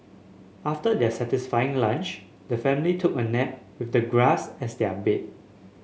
after their satisfying lunch the family took a nap with the grass as their bed